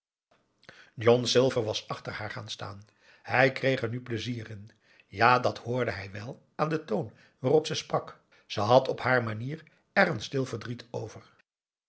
john silver was achter haar gaan staan hij kreeg er nu pleizier in ja dat hoorde hij wel aan den toon waarop ze sprak ze had op haar manier er een stil verdriet over